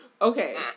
okay